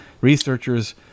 researchers